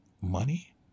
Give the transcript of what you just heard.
Money